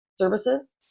services